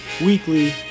weekly